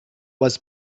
was